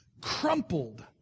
crumpled